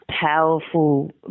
powerful